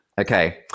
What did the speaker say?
okay